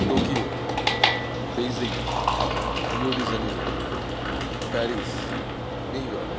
Tokyo Beijing Rio de Janeiro Paris New York